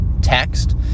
text